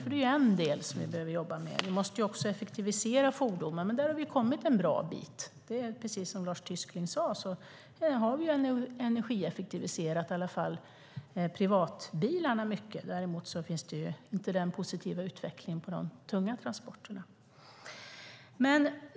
Det är ju en del som vi behöver jobba med. Vi måste också effektivisera fordon, men där har vi kommit en bra bit. Precis som Lars Tysklind sade har vi energieffektiviserat i alla fall privatbilarna mycket. Däremot finns inte den positiva utvecklingen för de tunga transporterna.